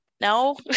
no